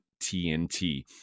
TNT